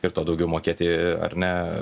ir tuo daugiau mokėti ar ne